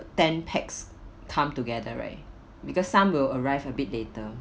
ten pax come together right because some will arrive a bit later